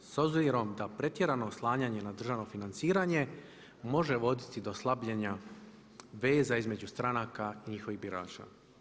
S obzirom da pretjerano oslanjanje na državno financiranje može voditi do slabljenja veza između stranaka i njihovih birača.